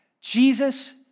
Jesus